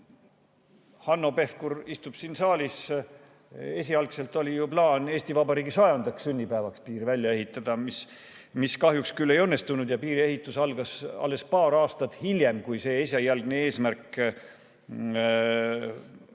Hanno Pevkur istub siin saalis. Esialgselt oli ju plaan Eesti Vabariigi 100. sünnipäevaks piir välja ehitada. See kahjuks küll ei õnnestunud ja piiri ehitus algas alles paar aastat hiljem, kui see esialgne eesmärk